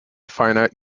finite